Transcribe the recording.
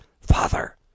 Father